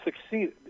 succeeded